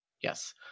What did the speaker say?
Yes